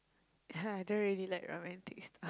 I don't really like romantic